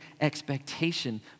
expectation